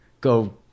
Go